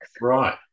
right